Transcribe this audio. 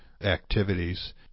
activities